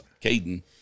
Caden